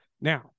Now